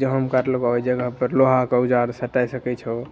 जहाॅंमे काटलको ओहि जगह पर लोहा के औजार सटाय सकै छहो